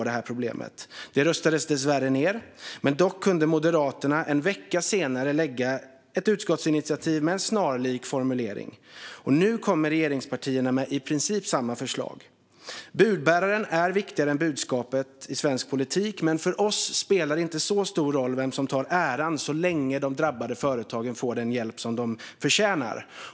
Det röstades dessvärre ned. Dock kunde Moderaterna en vecka senare lägga ett utskottsinitiativ med en snarlik formulering, och nu kommer regeringspartierna med i princip samma förslag. Budbäraren är viktigare än budskapet i svensk politik, men för oss spelar det inte så stor roll vem som tar åt sig äran så länge de drabbade företagen får den hjälp de förtjänar.